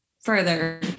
further